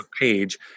page